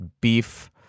beef